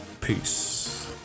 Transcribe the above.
Peace